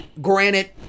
Granted